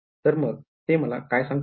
तर मग ते मला काय सांगतोय